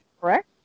Correct